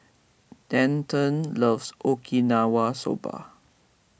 Denton loves Okinawa Soba